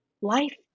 life